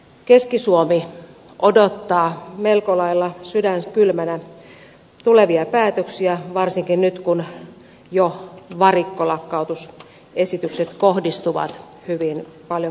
keski suomi odottaa melko lailla sydän kylmänä tulevia päätöksiä varsinkin nyt kun jo varikkolakkautusesitykset kohdistuvat hyvin paljon keski suomen alueelle